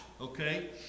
okay